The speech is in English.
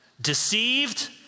Deceived